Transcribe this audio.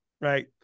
right